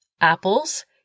apples